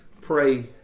Pray